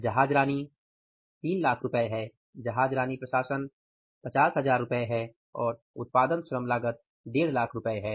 जहाजरानी 300000 रु है जहाजरानी प्रशासन 50000 रु है और उत्पादन श्रम लागत 150000 रु है